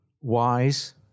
Wise